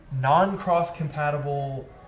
non-cross-compatible